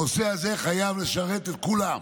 הנושא הזה חייב לשרת את כולם,